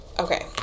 Okay